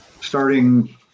Starting